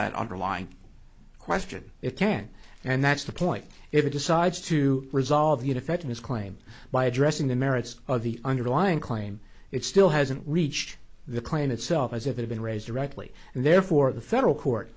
that underlying question it can't and that's the point if it decides to resolve the defect in his claim by addressing the merits of the underlying claim it still hasn't reached the claim itself as if it been raised rightly and therefore the federal court